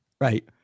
right